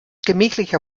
gemächlicher